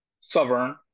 sovereign